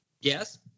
yes